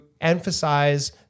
emphasize